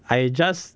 I just